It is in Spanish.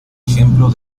ejemplo